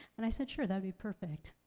and i said, sure, that'd be perfect.